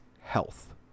health